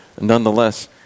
nonetheless